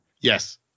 Yes